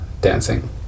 dancing